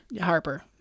Harper